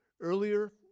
Earlier